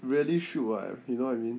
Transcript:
really shoot what you know what I mean